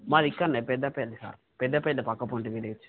మాది ఇక్కడే పెద్దపల్లి సార్ పెద్దపేట పక్కపొంటి విలేజ్